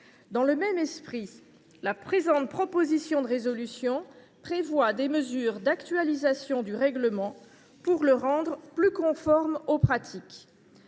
Dans le même esprit, la présente proposition de résolution prévoit des mesures d’actualisation du règlement, pour le rendre plus conforme aux pratiques.